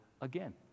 again